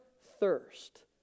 thirst